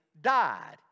died